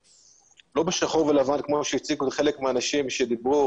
בשחור ולבן כמו שהציגו חלק מהאנשים שדיברו,